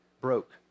broke